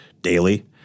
daily